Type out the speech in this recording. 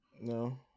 No